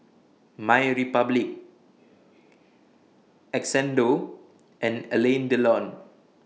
MyRepublic Xndo and Alain Delon